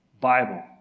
Bible